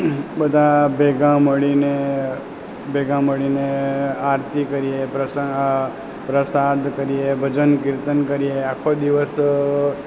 બધા ભેગા મળીને ભેગા મળીને આરતી કરીએ પ્રસાદ કરીએ ભજન કીર્તન કરીએ આખો દિવસ